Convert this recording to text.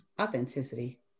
authenticity